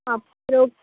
அப்புறம்